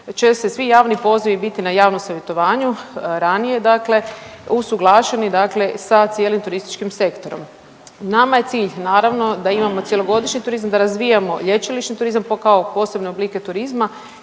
će se svi javni pozivi biti na javnom savjetovanju ranije dakle usuglašeni sa cijelim turističkim sektorom. Nama je cilj naravno da imamo cjelogodišnji turizam, da razvijamo lječilišni turizam kao posebne oblike turizma